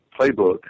playbook